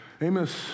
Amos